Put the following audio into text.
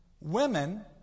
women